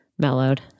mellowed